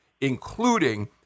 including